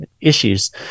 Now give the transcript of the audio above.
issues